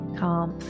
calm